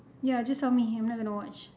ya just tell me I'm not going to watch